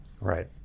right